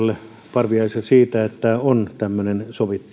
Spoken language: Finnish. parviaiselle siitä että on tämmöinen